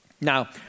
Now